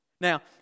Now